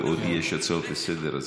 ועוד יש הצעות לסדר-היום,